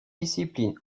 disciplines